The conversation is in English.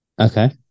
Okay